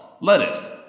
lettuce